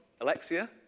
Alexia